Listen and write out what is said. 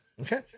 Okay